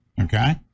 Okay